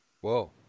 Whoa